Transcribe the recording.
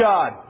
God